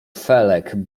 felek